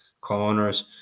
corners